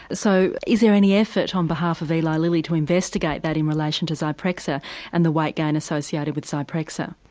so is there any effort on behalf of eli lilly to investigate that in relation to zyprexa and the weight gain associated with zyprexa?